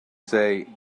say